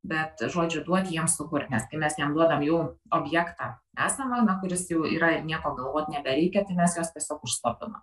bet žodžiu duoti jiems sukurt nes kai mes jiem duodam jau objektą esamą na kuris jau yra ir nieko galvot nebereikia tai mes juos tiesiog užslopinam